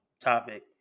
topic